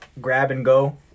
grab-and-go